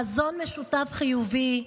חזון משותף חיובי,